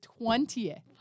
20th